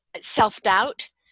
self-doubt